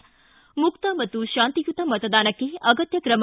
ಿ ಮುಕ್ತ ಮತ್ತು ಶಾಂತಿಯುತ ಮತದಾನಕ್ಕೆ ಆಗತ್ಯ ಕ್ರಮ